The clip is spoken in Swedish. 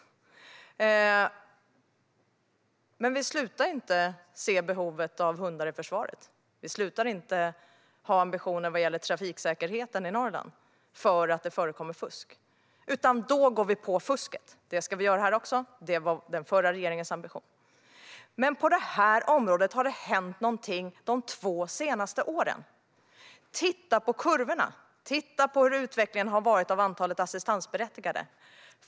Men vi slutar inte att se behovet av hundar i försvaret. Vi slutar inte att ha ambitioner vad gäller trafiksäkerheten i Norrland för att det förekommer fusk. Då går vi i stället på fusket. Det ska vi göra här också, och det var den förra regeringens ambition. På detta område har det dock hänt någonting de två senaste åren. Titta på kurvorna! Titta på hur utvecklingen har varit när det gäller antalet assistansberättigade!